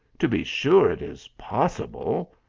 to be sure it is possible.